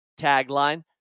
tagline